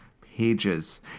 pages